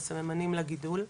מהסממנים לגידול.